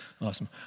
Awesome